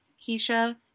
Keisha